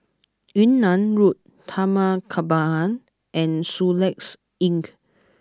Yunnan Road Taman Kembangan and Soluxe Inn